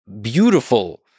beautiful